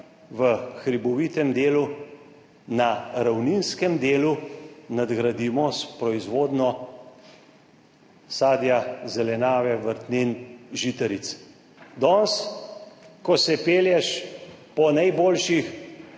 v hribovitem delu, na ravninskem delu nadgradimo s proizvodnjo sadja, zelenjave, vrtnin, žitaric. Danes, ko se pelješ po najboljših